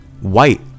white